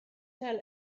tell